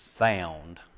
found